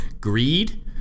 greed